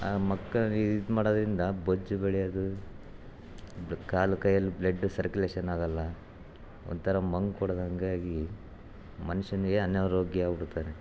ಆ ಮಕ್ಕನ್ ಇದು ಮಾಡೋದ್ರಿಂದ ಬೊಜ್ಜು ಬೆಳ್ಯೋದು ಕಾಲು ಕೈಯಲ್ಲಿ ಬ್ಲೆಡ್ ಸರ್ಕ್ಯುಲೇಷನ್ ಆಗೋಲ್ಲ ಒಂಥರ ಮಂಕು ಹೊಡ್ದಂಗಾಗಿ ಮನುಷ್ಯನಿಗೆ ಅನಾರೋಗ್ಯ ಆಗ್ಬಿಡ್ತಾನೆ